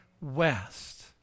west